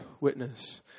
witness